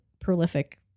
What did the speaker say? prolific